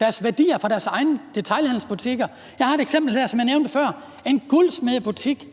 deres værdier fra deres egne detailhandelsbutikker? Jeg har et eksempel, som jeg nævnte før: en guldsmedebutik